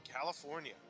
California